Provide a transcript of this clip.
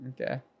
Okay